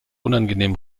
unangenehm